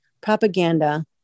propaganda